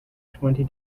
twenty